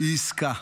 היא עסקה.